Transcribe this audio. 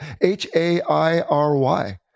H-A-I-R-Y